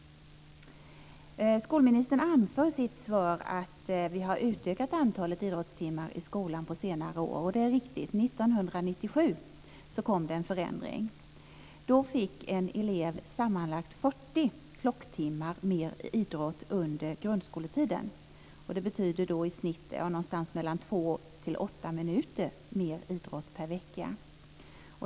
Skolministern anför i sitt svar att vi har utökat antalet idrottstimmar i skolan på senare år, och det är riktigt. År 1997 kom det en förändring. Då fick en elev sammanlagt 40 klocktimmar mer idrott under grundskoletiden. Det betyder i snitt mellan två och åtta minuter mer idrott per vecka.